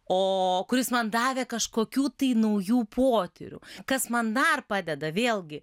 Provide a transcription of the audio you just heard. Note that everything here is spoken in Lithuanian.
o kuris man davė kažkokių tai naujų potyrių kas man dar padeda vėlgi